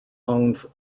owned